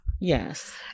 Yes